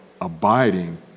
abiding